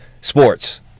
sports